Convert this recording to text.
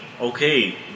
Okay